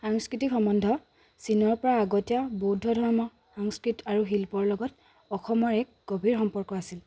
সাংস্কৃতিক সম্বন্ধ চীনৰ পৰা আগতীয়া বৌদ্ধ ধৰ্ম সংস্কৃত আৰু শিল্পৰ লগত অসমৰ এক গভীৰ সম্পৰ্ক আছিল